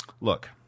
Look